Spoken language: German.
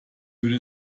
würde